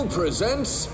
presents